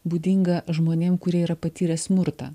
būdinga žmonėm kurie yra patyrę smurtą